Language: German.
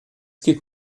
gilt